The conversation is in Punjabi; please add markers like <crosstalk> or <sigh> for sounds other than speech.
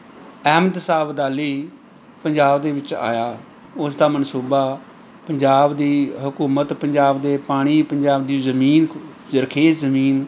ਅਹਿਮਦ ਸ਼ਾਹ ਅਬਦਾਲੀ ਪੰਜਾਬ ਦੇ ਵਿੱਚ ਆਇਆ ਉਸ ਦਾ ਮਨਸੂਬਾ ਪੰਜਾਬ ਦੀ ਹਕੂਮਤ ਪੰਜਾਬ ਦੇ ਪਾਣੀ ਪੰਜਾਬ ਦੀ ਜ਼ਮੀਨ <unintelligible> ਜ਼ਮੀਨ